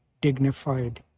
dignified